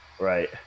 right